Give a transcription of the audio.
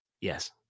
Yes